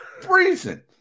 freezing